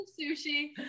sushi